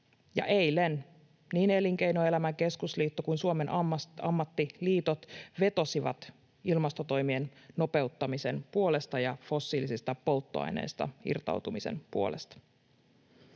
Eilen niin Elinkeinoelämän keskusliitto kuin Suomen ammattiliitot vetosivat ilmastotoimien nopeuttamisen puolesta ja fossiilisista polttoaineista irtautumisen puolesta.